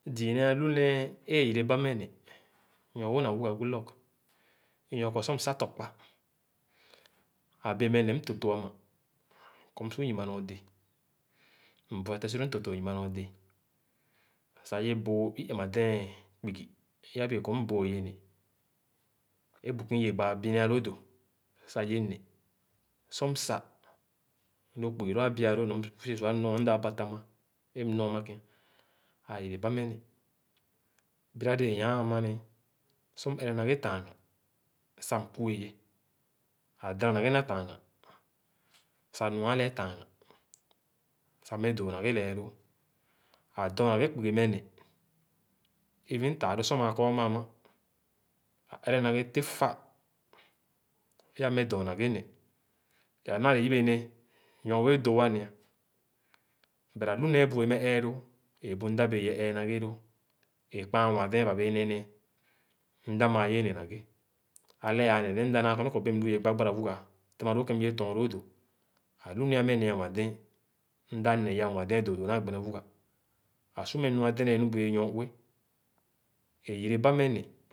Zii nẽẽ é lu nẽẽ é yereba meh ne nɔ-wõ na wuga Goodluck nor kɔ sor msah tɔkpa ã bẽẽ meh ne mtõtõ ãinã kɔ msu yumà nɔdẽẽ. Mbuetè su lõ mtõtõ yuma nɔdẽẽ sah yee bõõ i-émadɛ̃n kpugi é abẽẽ kɔr mbõõyé neh é bu ké i yẽ gbãã binia loo dõ sah yẽ neh. Sor msã, lõ kpugi lõ ãbia lõõ nɔr msu wẽẽ su ã nɔ-a mda bàtam ã é m̃ nɔ ãmã kẽ. Ã yrẽrẽba meh neh Biradẽẽ nyaa ma nee, sor m̃ ẽrẽ na ghe tããghãn sah mkuè ye, ã dãnã na tããghãn sah meh dõõ na ghe lɛɛ lõõ. Ã dɔ̃n na ghe kpugi meh neh. Even tãã lõ sor mãã kɔr maa ma, ere na ghe tẽ fa é ã meh dɔ̃r na ghe neh. È anãã le yibe nẽẽ nɔr wõ é dõõ a neh but ã lu nẽẽ bu ye mẽh ẽẽlõõ ẽ bu mdã bẽẽ ye ẽẽ na ghe lõõ. Ẽ kpããn awãndɛ̃r ba bẽẽ ne nẽẽ, mda mãã ye ne nee; ãlẽ ãã ne nee mda nãã kɔr nee kɔ bẽẽ m̃lu ye gbagbarà wugà tèmà loo kè é myẽ tɔ̃n lõõ dõ. Ãlu nẽẽ ̱ã meh ne awandɛ̃n, mdã ne ye awãndɛ̃n dõõ dõõ na gbene wugà. Ãsu meh nua dɛdɛ̃ɛ̃n nu bu ye nyor-ue. Ẽ yẽrebà meh ne.